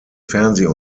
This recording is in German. fernseh